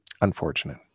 unfortunate